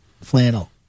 flannel